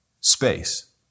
Space